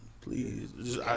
Please